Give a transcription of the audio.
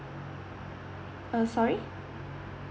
uh sorry